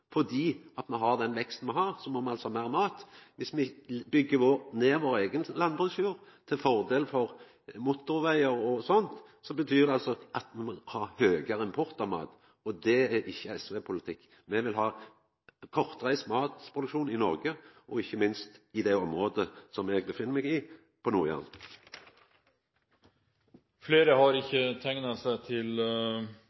me har den veksten me har, må me ha meir mat. Viss me byggjer ned vår eigen landbruksjord til fordel for motorvegar og slikt, betyr det at me må ha høgare import av mat. Det er ikkje SV-politikk. Me vil ha kortreist matproduksjon i Noreg, ikkje minst i det området eg oppheld meg i – Nord-Jæren. Flere har